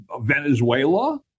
Venezuela